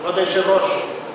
כבוד היושב-ראש,